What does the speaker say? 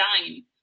dying